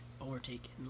overtake